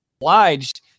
obliged